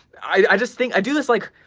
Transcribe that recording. i just think, i do this like,